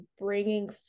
bringing